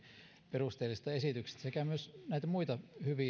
perusteellisesta esityksestä sekä myös muita näistä hyvistä